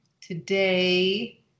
Today